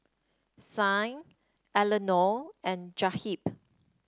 Signe Eleanore and Jahir